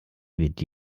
wird